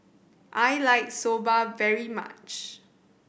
I like Soba very much